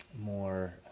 more